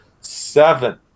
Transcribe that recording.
seven